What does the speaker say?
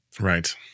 Right